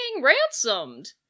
ransomed